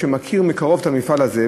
שהוא מכיר מקרוב את המפעל הזה,